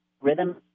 rhythm